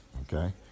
Okay